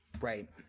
Right